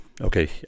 okay